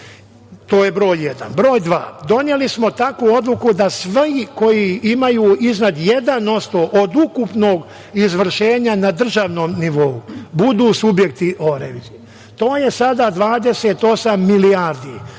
to je broj jedan. Broj dva, doneli smo takvu odluku da svi koji imaju iznad 1% od ukupnog izvršenja na državnom nivou budu subjekti revizije. To je sada 28 milijardi,